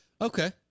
Okay